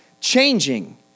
changing